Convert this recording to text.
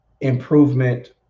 improvement